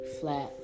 flat